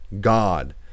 God